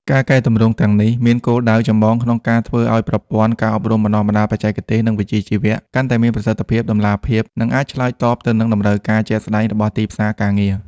ការកែទម្រង់ទាំងនេះមានគោលដៅចម្បងក្នុងការធ្វើឱ្យប្រព័ន្ធ ការអប់រំបណ្តុះបណ្តាលបច្ចេកទេស និងវិជ្ជាជីវៈ កាន់តែមានប្រសិទ្ធភាព តម្លាភាព និងអាចឆ្លើយតបទៅនឹងតម្រូវការជាក់ស្តែងរបស់ទីផ្សារការងារ។